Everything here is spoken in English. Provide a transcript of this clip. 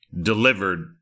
delivered